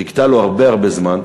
חיכתה לו הרבה-הרבה זמן.